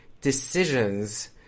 decisions